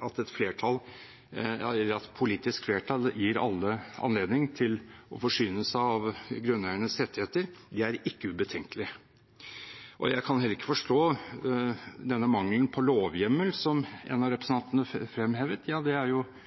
At et politisk flertall gir alle anledning til å forsyne seg av grunneiernes rettigheter, er ikke ubetenkelig. Jeg kan heller ikke forstå denne mangelen på lovhjemmel som en av representantene fremhevet. Ja, det er